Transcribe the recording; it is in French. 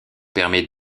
permet